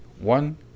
one